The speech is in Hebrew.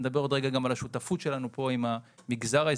תכף נדבר על השותפות שלנו עם המגזר העסקי.